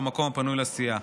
במקום הפנוי לסיעה.